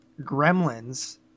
Gremlins